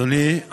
אדוני,